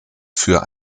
für